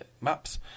maps